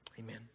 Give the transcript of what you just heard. amen